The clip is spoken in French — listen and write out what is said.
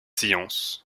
science